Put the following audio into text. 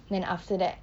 then after that